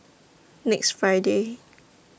next Friday